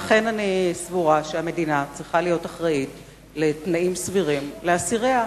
ואכן אני סבורה שהמדינה צריכה להיות אחראית לתנאים סבירים לאסיריה,